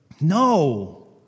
no